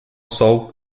sol